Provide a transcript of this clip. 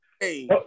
hey